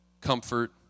comfort